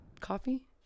coffee